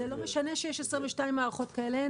זה לא משנה שיש 22 מערכות כאלה,